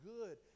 good